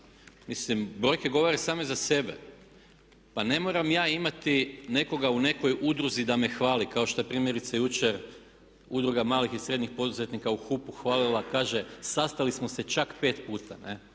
mislim brojke govore same za sebe. Pa ne moram ja imati nekoga u nekoj udruzi da me hvali kao šta je primjerice jučer Udruga malih i srednjih poduzetnika u HUP-u hvalila. Kaže, sastali smo se čak pet puta u